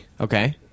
Okay